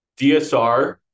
DSR